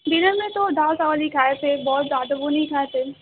dinner میں تو دال چاول ہی کھائے تھے بہت زیادہ وہ نہیں کھائے تھے